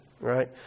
right